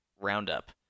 Roundup